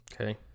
Okay